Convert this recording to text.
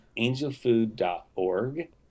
Angelfood.org